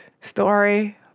story